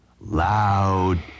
loud